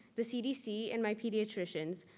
the cdc, and my pediatricians.